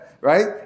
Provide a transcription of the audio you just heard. Right